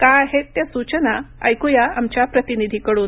काय आहेत त्या सूचना ऐकुया आमच्या प्रतिनिधीकडून